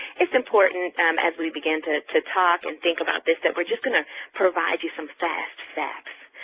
it's important um as we begin to to talk and think about this that we're just going to provide you some fast facts,